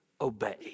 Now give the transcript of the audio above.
obey